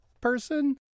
person